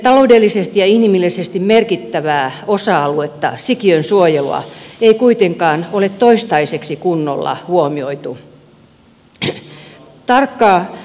taloudellisesti ja inhimillisesti merkittävää osa aluetta sikiön suojelua ei kuitenkaan ole toistaiseksi kunnolla huomioitu